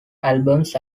albums